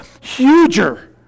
huger